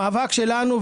המאבק שלנו,